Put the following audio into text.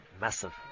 massive